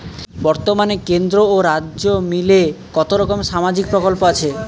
বতর্মানে কেন্দ্র ও রাজ্য মিলিয়ে কতরকম সামাজিক প্রকল্প আছে?